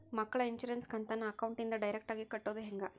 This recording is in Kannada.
ಮಕ್ಕಳ ಇನ್ಸುರೆನ್ಸ್ ಕಂತನ್ನ ಅಕೌಂಟಿಂದ ಡೈರೆಕ್ಟಾಗಿ ಕಟ್ಟೋದು ಹೆಂಗ?